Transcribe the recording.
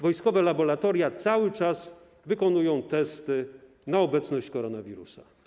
Wojskowe laboratoria cały czas wykonują testy na obecność koronawirusa.